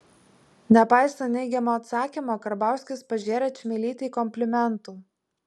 nepaisant neigiamo atsakymo karbauskis pažėrė čmilytei komplimentų